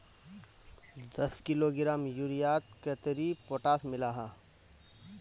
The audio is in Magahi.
दस किलोग्राम यूरियात कतेरी पोटास मिला हाँ?